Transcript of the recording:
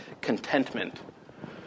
contentment